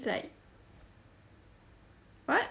like what